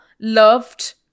loved